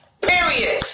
Period